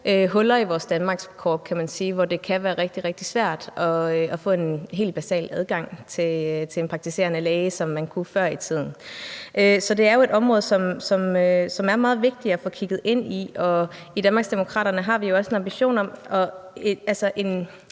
huller i vores danmarkskort og områder, hvor det kan være rigtig, rigtig svært at få en helt basal adgang til en praktiserende læge, som man kunne det før i tiden. Så det er jo et område, som det er meget vigtigt at få kigget ind i, og i Danmarksdemokraterne har vi også en ambition om det.